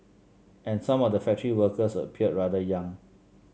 and some of the factory workers appeared rather young